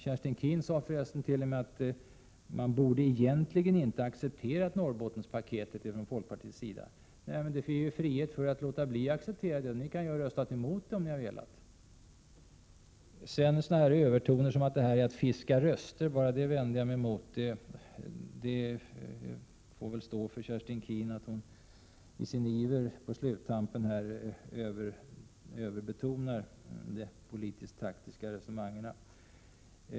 Kerstin Keen sade förresten t.o.m. att man egentligen inte borde acceptera Norrbottenspaketet från folkpartiets sida. Nej, men ni hade ju frihet att låta bli att acceptera det, ni kunde ha röstat emot det om ni hade velat. Jag vänder mig också mot sådana övertoner som att detta är att fiska röster. Det får väl stå för Kerstin Keens räkning att hon i sin iver på sluttampen överbetonar de politisk-taktiska resonemangen.